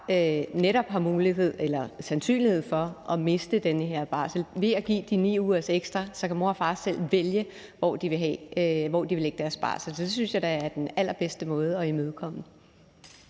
netop har sandsynlighed for at miste den her barsel. Ved at give de 9 uger ekstra kan mor og far selv vælge, hvor de vil lægge deres barsel. Så det synes jeg da er den allerbedste måde at imødekomme